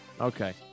Okay